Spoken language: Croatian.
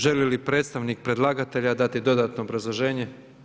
Želi li predstavnik predlagatelja dati dodatno obrazloženje?